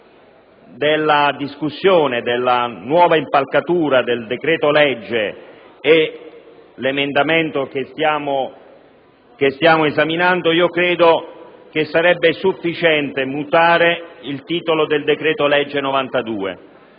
della discussione, della nuova impalcatura del decreto-legge è l'emendamento di cui stiamo discutendo, credo che sarebbe sufficiente modificare il titolo del decreto-legge n.